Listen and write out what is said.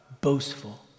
boastful